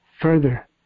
Further